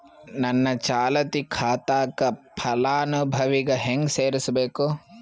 ನನ್ನ ಚಾಲತಿ ಖಾತಾಕ ಫಲಾನುಭವಿಗ ಹೆಂಗ್ ಸೇರಸಬೇಕು?